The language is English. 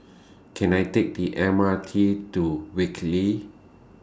Can I Take The M R T to Whitley